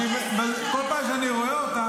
כל פעם שאני רואה אותך,